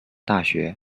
大学